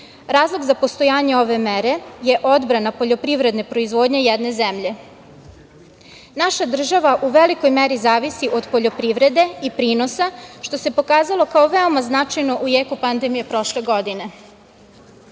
Razlog za postojanje ove mere je odbrana poljoprivredne proizvodnje jedne zemlje. Naša država u velikoj meri zavisi od poljoprivrede i prinosa, što se pokazalo kao veoma značajno u jeku pandemije prošle godine. Kada